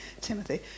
Timothy